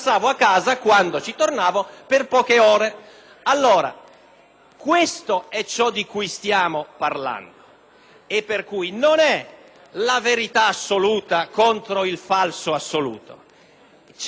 questo ciò di cui stiamo parlando e, di conseguenza, non è la verità assoluta contro il falso assoluto. C'è chi ha dato un'interpretazione, secondo cui